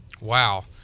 wow